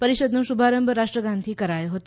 પરિષદનો શુભારંભ રાષ્ટ્રગાનથી કરાયો હતો